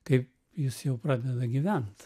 kai jis jau pradeda gyvent